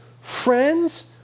friends